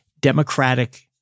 democratic